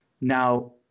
Now